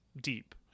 deep